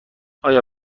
آیا